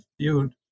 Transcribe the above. viewed